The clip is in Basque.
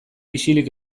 isilik